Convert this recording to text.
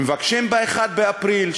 מבקשים ב-1 באפריל,